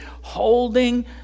Holding